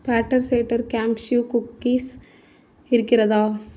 batter சேட்டர் cashew cookies இருக்கிறதா